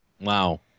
wow